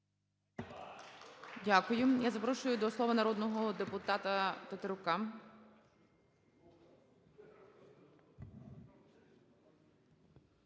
Дякую. Я запрошую до слова народного депутатаКишкаря.